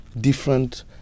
different